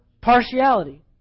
Partiality